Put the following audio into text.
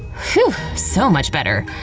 whew! so much better.